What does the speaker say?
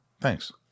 Thanks